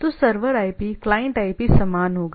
अब अगर यह एक ही मशीन है तो आईपी समान होगा